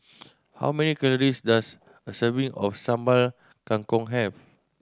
how many calories does a serving of Sambal Kangkong have